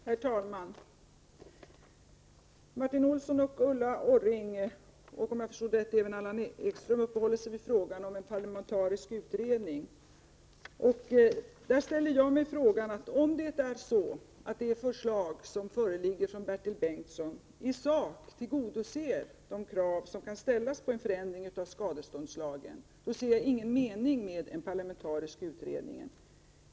Herr talman! Martin Olsson, Ulla Orring och Allan Ekström uppehöll sig vid frågan om en parlamentarisk utredning. Men om det förslag från Bertil Bengtsson som nu föreligger i sak tillgodoser de krav som kan ställas på en förändring av skadeståndslagen ser jag ingen mening med en parlamentarisk utredning.